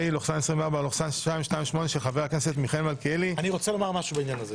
פ/921/24 של חבר הכנסת אוריאל בוסו וקבוצת חברי הכנסת.